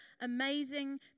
amazing